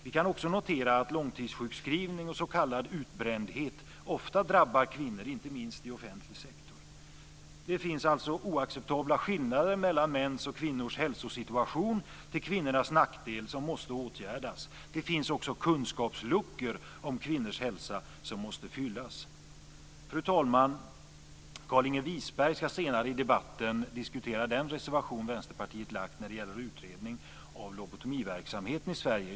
Vi kan också notera att långtidssjukskrivning och s.k. utbrändhet ofta drabbar kvinnor, inte minst i offentlig sektor. Det finns alltså oacceptabla skillnader mellan mäns och kvinnors hälsosituation till kvinnornas nackdel som måste åtgärdas. Det finns också kunskapsluckor om kvinnors hälsa som måste fyllas. Fru talman! Carlinge Wisberg ska senare i debatten diskutera den reservation som Vänsterpartiet har lämnat när det gäller utredning av lobotomiverksamheten i Sverige.